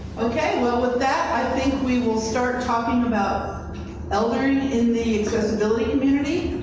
okay, well, with that, i think we will start talking about eldering in the accessibility community,